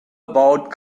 about